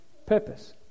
purpose